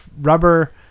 rubber